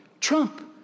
Trump